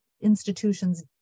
institutions